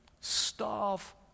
starve